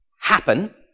happen